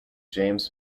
james